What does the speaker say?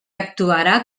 actuarà